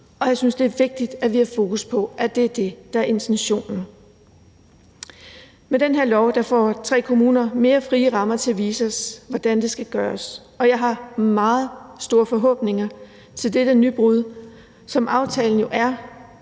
Og jeg synes, det er vigtigt, at vi har fokus på, at det er det, der er intentionen. Med den her lov får tre kommuner mere frie rammer til at vise os, hvordan det skal gøres, og jeg har meget store forhåbninger til dette nybrud, som aftalen jo er,